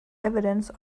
evidence